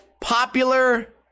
popular